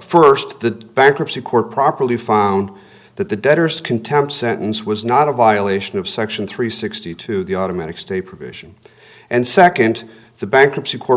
first the bankruptcy court properly fond that the debtors contempt sentence was not a violation of section three sixty two the automatic stay provision and second the bankruptcy court